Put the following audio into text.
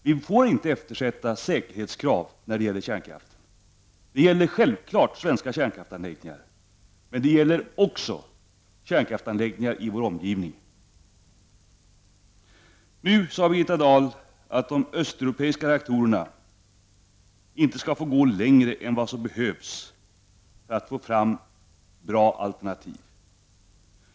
Vi får inte eftersätta säkerhetskrav när det gäller kärnkraften. Det gäller självfallet svenska kärnkraftsanläggningar, men det gäller också kärnkraftsanläggningar i vår omgivning. Nu sade Birgitta Dahl att de östtyska reaktorerna inte skall få gå längre än vad som behövs för att man skall kunna få fram bra alternativ.